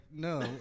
no